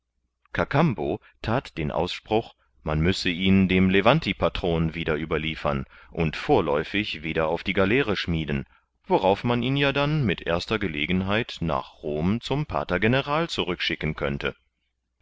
kakambo that den ausspruch man müsse ihn dem levantipatron wieder überliefern und vorläufig wieder auf die galeere schmieden worauf man ihn ja dann mit erster gelegenheit nach rom zum pater general zurückschicken könnte